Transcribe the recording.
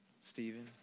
Stephen